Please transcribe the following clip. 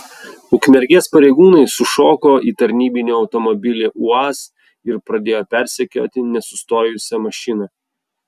ukmergės pareigūnai sušoko į tarnybinį automobilį uaz ir pradėjo persekioti nesustojusią mašiną